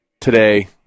today